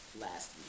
last